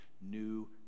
new